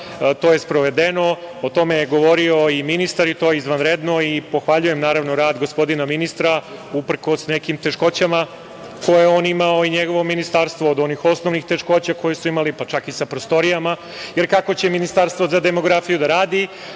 to je sprovedeno, o tome je govorio i ministar i to izvanredno i pohvaljujem rad gospodina ministra uprkos nekim teškoćama koje je on imao i njegovo ministarstvo od onih osnovnih teškoća koje su imali pa čak i sa prostorijama, jer kako će Ministarstvo za demografiju da radi